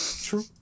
true